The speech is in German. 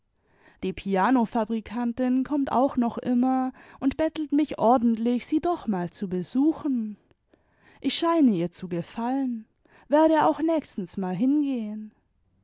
die pianofabrikantin kommt auch noch immer und bettelt mich ordentlich sie doch mal zu besuchen ich scheine ihr zu gefallen werde auch nächstens mal hingehen